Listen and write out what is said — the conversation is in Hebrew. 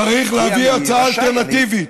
צריך להביא הצעה אלטרנטיבית,